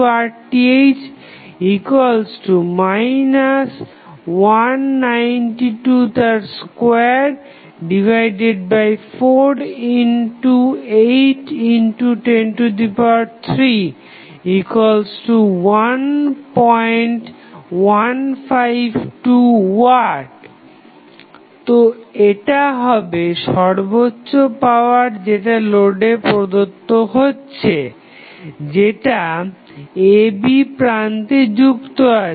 pVTh24RTh 1922481031152W এটা হবে সর্বোচ্চ পাওয়ার যেটা লোডে প্রদত্ত হচ্ছে যেটা ab প্রান্তে যুক্ত আছে